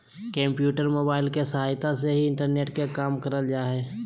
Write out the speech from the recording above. computer, mobile के सहायता से ही इंटरनेट के काम करल जा हय